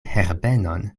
herbenon